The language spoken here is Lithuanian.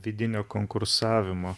vidinio konkursavimo